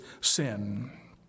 sin